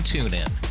TuneIn